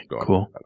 cool